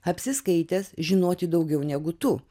apsiskaitęs žinoti daugiau negu tu